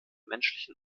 menschlichen